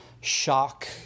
shock